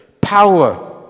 power